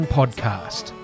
podcast